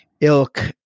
ilk